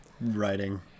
Writing